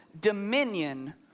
dominion